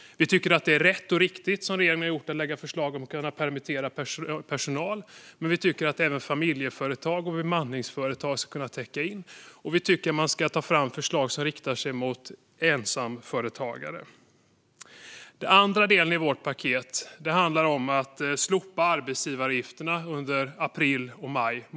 Vi tycker att det är rätt och riktigt att regeringen lagt fram förslag om att personal ska kunna permitteras, men vi tycker att även familjeföretag och bemanningsföretag ska kunna täckas in. Och vi tycker att man ska ta fram förslag riktade till ensamföretagare. Den andra delen i vårt paket handlar om att slopa arbetsgivaravgifterna under april och maj.